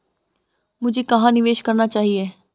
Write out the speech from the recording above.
मुझे कहां निवेश करना चाहिए?